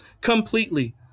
completely